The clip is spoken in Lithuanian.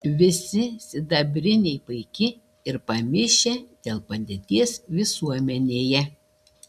visi sidabriniai paiki ir pamišę dėl padėties visuomenėje